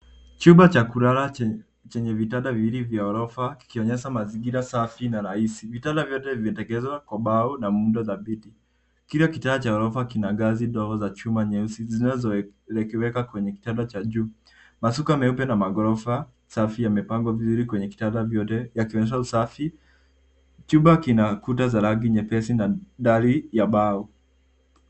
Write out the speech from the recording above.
Chumba cha kulala chenye vitanda viwili vya gorofa kikionyesha mazingira safi na rahisi Vitanda vyote vimetengenezwa kwa mbao na muundo dhabiti. Kila kitanda cha gorofa kina ngazi ndogo za chuma nyeusi zinazowekwa kwenye kitanda cha juu. Mashuka meupe na magorofa safi yamepangwa vizuri kwenye vitanda vyote yakionyesha usafi. Chumba kina kuta za rangi nyepesi na dari ya mbao.